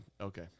Okay